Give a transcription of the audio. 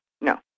No